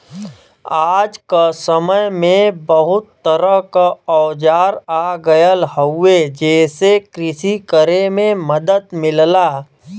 आज क समय में बहुत तरह क औजार आ गयल हउवे जेसे कृषि करे में मदद मिलला